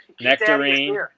Nectarine